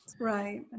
Right